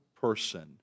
person